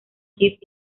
kiss